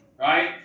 Right